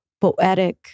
poetic